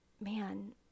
man